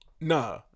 nah